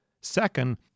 Second